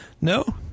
No